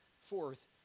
fourth